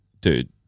dude